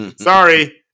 Sorry